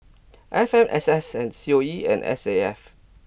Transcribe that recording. F M S S and C O E and S A F